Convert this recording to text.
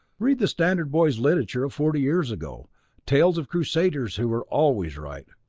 read the standard boy's literature of forty years ago tales of crusaders who were always right,